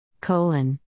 Colon